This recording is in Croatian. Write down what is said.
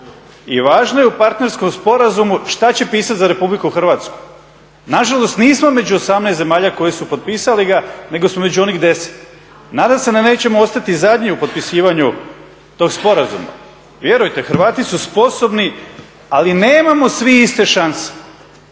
i važno je u partnerskom sporazumu šta će pisat za Republiku Hrvatsku. Nažalost, nismo među 18 zemalja koje su potpisale ga nego smo među onih 10. Nadam se da nećemo ostati zadnji u potpisivanju tog sporazuma. Vjerujte, Hrvati su sposobni ali nemamo svi iste šanse.